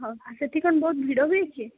ହଉ ଆଉ ସେଠି କ'ଣ ବହୁତ ଭିଡ ହୁଏ କି